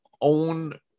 own